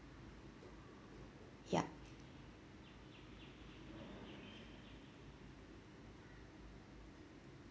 yup